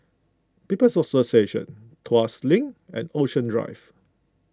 People's Association Tuas Link and Ocean Drive